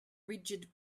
rigid